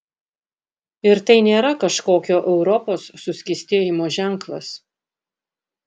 ir tai nėra kažkokio europos suskystėjimo ženklas